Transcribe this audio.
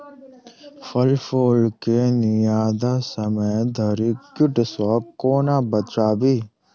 फल फुल केँ जियादा समय धरि कीट सऽ कोना बचाबी?